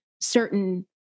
certain